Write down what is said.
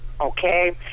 Okay